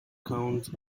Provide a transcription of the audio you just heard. count